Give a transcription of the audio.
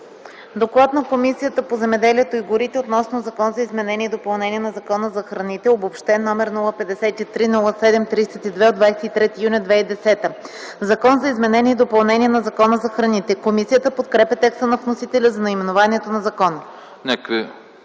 „Доклад на Комисията по земеделието и горите относно Законопроект за изменение и допълнение на Закона за храните (обобщен), № 053 07 32 от 23 юни 2010 г.” „Закон за изменение и допълнение на Закона за храните.” Комисията подкрепя текста на вносителя за наименованието на закона.